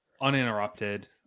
uninterrupted